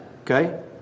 okay